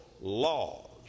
laws